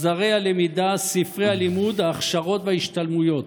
עזרי הלמידה, ספרי הלימוד, ההכשרות וההשתלמויות.